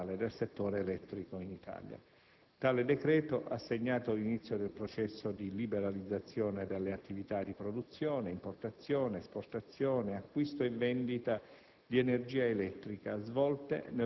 è stata avviata la riforma strutturale del settore elettrico in Italia. Tale decreto ha segnato l'inizio del processo di liberalizzazione delle attività di produzione, importazione, esportazione, acquisto e vendita